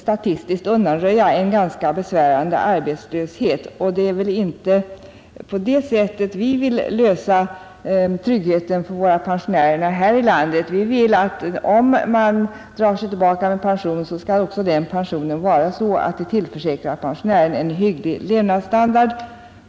statistiskt undanröja en ganska besvärande arbetslöshet. Och det är väl inte pa det sättet som vi vill skapa trygghet för våra pensionärer här i landet? Vi vill att om man drar sig tillbaka med pension skall den pensionen också vara sådan att den tillförsäkrar pensionären en hygglig levnadsstandard.